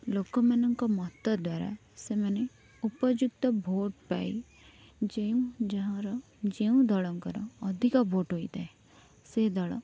ଲୋକମାନଙ୍କ ମତଦ୍ଵାରା ସେମାନେ ଉପଯୁକ୍ତ ଭୋଟ ପାଇଁ ଯେଉଁ ଯାହାର ଯେଉଁ ଦଳଙ୍କର ଅଧିକ ଭୋଟ ହୋଇଥାଏ ସେ ଦଳ